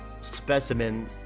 specimen